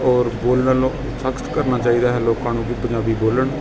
ਔਰ ਬੋਲਣ ਨੂੰ ਸਖਤ ਕਰਨਾ ਚਾਹੀਦਾ ਹੈ ਲੋਕਾਂ ਨੂੰ ਕਿ ਪੰਜਾਬੀ ਬੋਲਣ